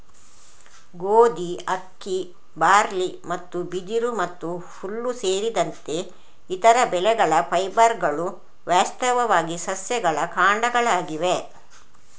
ಗೋಧಿ, ಅಕ್ಕಿ, ಬಾರ್ಲಿ ಮತ್ತು ಬಿದಿರು ಮತ್ತು ಹುಲ್ಲು ಸೇರಿದಂತೆ ಇತರ ಬೆಳೆಗಳ ಫೈಬರ್ಗಳು ವಾಸ್ತವವಾಗಿ ಸಸ್ಯಗಳ ಕಾಂಡಗಳಾಗಿವೆ